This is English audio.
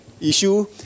issue